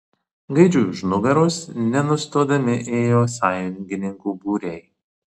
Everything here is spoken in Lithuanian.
gaidžiui už nugaros nesustodami ėjo sąjungininkų būriai